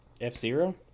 F-Zero